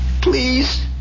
Please